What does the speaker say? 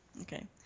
Okay